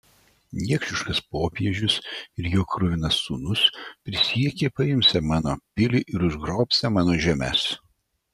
niekšiškas popiežius ir jo kruvinas sūnus prisiekė paimsią mano pilį ir užgrobsią mano žemes